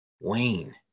Wayne